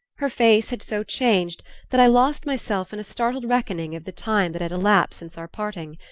her face had so changed that i lost myself in a startled reckoning of the time that had elapsed since our parting.